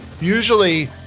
usually